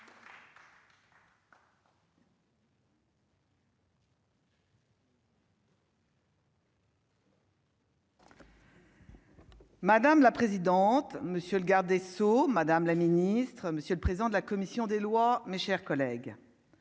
Madame la présidente, monsieur le garde des sceaux, Madame la Ministre, Monsieur le président de la commission des lois, mes chers collègues,